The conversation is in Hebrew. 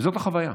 זאת החוויה.